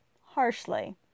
harshly